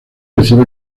recibe